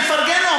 אני מפרגן לו.